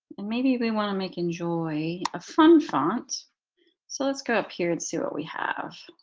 and maybe we want to make enjoy a fun font so let's go up here and see what we have.